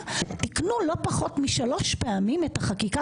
תיקנו לא פחות משלוש פעמים את החקיקה